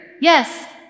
Yes